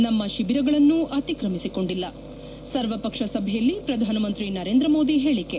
ನಮ್ನ ಶಿಬಿರಗಳನ್ನೂ ಅತಿಕ್ರಮಿಸಿಕೊಂಡಿಲ್ಲ ಸರ್ವಪಕ್ಷ ಸಭೆಯಲ್ಲಿ ಪ್ರಧಾನಮಂತ್ರಿ ನರೇಂದ್ರ ಮೋದಿ ಹೇಳಿಕೆ